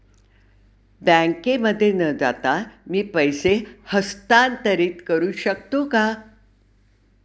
बँकेमध्ये न जाता मी पैसे हस्तांतरित करू शकतो का?